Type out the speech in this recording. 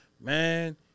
man